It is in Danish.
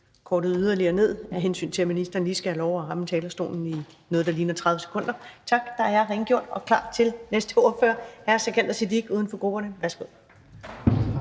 kortet yderligere ned, af hensyn til at ministeren lige skal have lov til at ramme talerstolen i noget, der ligner 30 sekunder. Tak, der er rengjort og klar til næste ordfører. Hr. Sikandar Siddique uden for grupperne, værsgo.